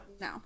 No